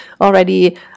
already